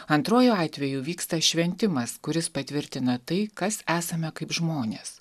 antruoju atveju vyksta šventimas kuris patvirtina tai kas esame kaip žmonės